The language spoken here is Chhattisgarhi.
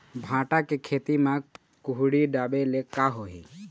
भांटा के खेती म कुहड़ी ढाबे ले का होही?